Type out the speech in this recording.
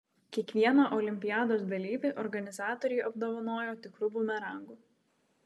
kiekvieną olimpiados dalyvį organizatoriai apdovanojo tikru bumerangu